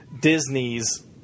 Disney's